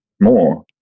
more